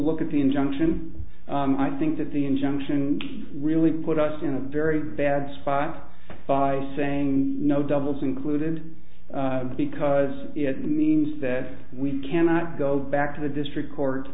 look at the injunction i think that the injunction really put us in a very bad spot by saying no doubles included because it means that we cannot go back to the district court